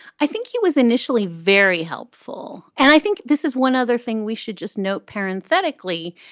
i think he was initially very helpful. and i think this is one other thing we should just note parenthetically,